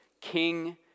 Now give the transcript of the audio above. king